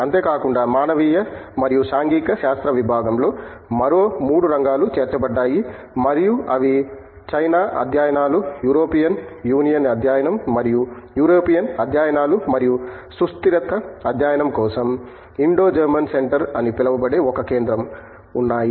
అంతేకాకుండా మానవీయ మరియు సాంఘిక శాస్త్ర విభాగంలో మరో 3 రంగాలు చేర్చబడ్డాయి మరియు అవి చైనా అధ్యయనాలు యూరోపియన్ యూనియన్ అధ్యయనం అయిన యూరోపియన్ అధ్యయనాలు మరియు సుస్థిరత అధ్యయనం కోసం ఇండో జర్మన్ సెంటర్ అని పిలువబడే ఒక కేంద్రం ఉన్నాయి